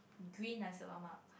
green nasi-lemak